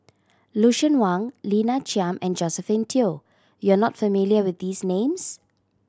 Lucien Wang Lina Chiam and Josephine Teo you are not familiar with these names